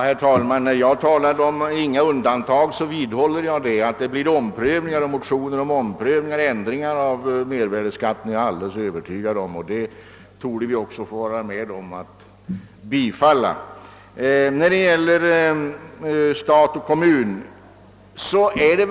Herr talman! När jag talade om att det inte nu bör göras några mer undantag så var jag medveten om att det säkert kommer motioner om omprövningar och ändringar av mervärdeskatten och att vi också torde få vara med om att bifalla sådana motionsyrkanden.